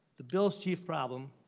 the bill's chief problem